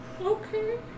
Okay